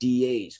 DAs